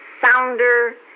sounder